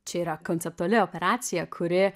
čia yra konceptuali operacija kuri